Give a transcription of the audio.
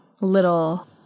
little